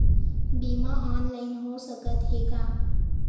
बीमा ऑनलाइन हो सकत हे का?